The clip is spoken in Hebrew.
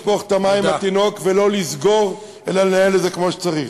אבל לא לשפוך את המים עם התינוק ולא לסגור אלא לנהל את זה כמו שצריך.